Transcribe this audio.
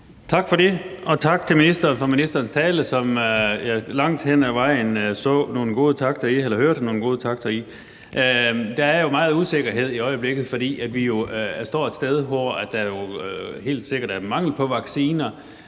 Tak for det, og tak til ministeren for ministerens tale, som jeg langt hen ad vejen hørte nogle gode takter i. Der er i øjeblikket meget usikkerhed, fordi vi jo står et sted, hvor der helt sikkert er mangel på vacciner,